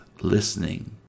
listening